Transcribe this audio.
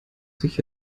sich